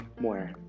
more